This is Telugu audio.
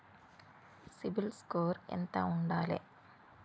సిబిల్ స్కోరు ఎంత ఉండాలే?